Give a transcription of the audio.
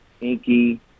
Inky